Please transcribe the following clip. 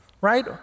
Right